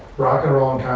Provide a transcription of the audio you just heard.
rock n roll